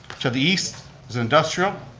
to the east is industrial,